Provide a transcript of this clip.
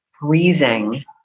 freezing